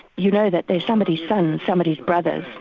you know that they're somebody's son, somebody's brother,